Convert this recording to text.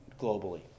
globally